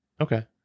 okay